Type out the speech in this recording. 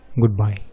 goodbye